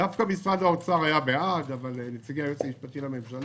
דווקא משרד האוצר היה בעד אבל נציגי היועץ המשפטי לממשלה